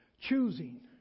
choosing